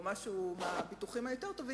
או משהו מהביטוחים היותר טובים,